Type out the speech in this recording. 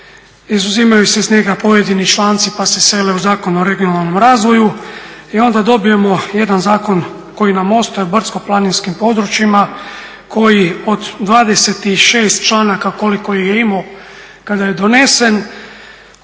izuzimaju se iz njega pojedini članci pa se sele u Zakon o regionalnom razvoju i onda dobijemo jedan zakon koji nam ostaje o brdsko-planinskim područjima koji od 26. članaka koliko ih je imao kada je donesen